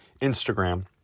Instagram